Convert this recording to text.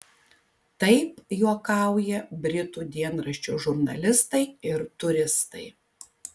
taip juokauja britų dienraščio žurnalistai ir turistai